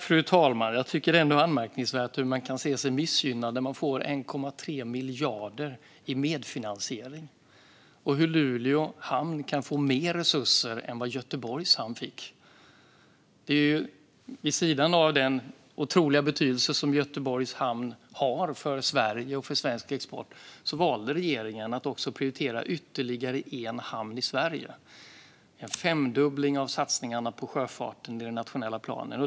Fru talman! Jag tycker ändå att det är anmärkningsvärt hur man kan se sig som missgynnad när man får 1,3 miljarder i medfinansiering och när Luleå hamn får mer resurser än vad Göteborgs hamn fick. Vid sidan av Göteborgs hamn, med den otroligt stora betydelse som den har för Sverige och för svensk export, valde regeringen att prioritera ytterligare en hamn i Sverige. Detta är en femdubbling av satsningarna på sjöfarten i den nationella planen.